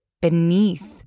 beneath